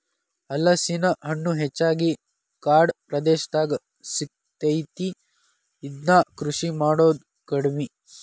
ಹಲಸಿನ ಹಣ್ಣು ಹೆಚ್ಚಾಗಿ ಕಾಡ ಪ್ರದೇಶದಾಗ ಸಿಗತೈತಿ, ಇದ್ನಾ ಕೃಷಿ ಮಾಡುದ ಕಡಿಮಿ